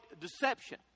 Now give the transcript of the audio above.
deception